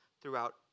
throughout